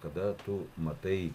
kada tu matai